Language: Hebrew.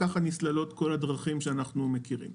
כך נסללות כל הדרכים שאנחנו מכירים.